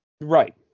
Right